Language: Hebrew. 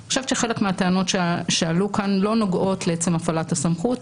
אני חושבת שחלק מהטענות שעלו כאן לא נוגעות לעצם הפעלת הסמכות,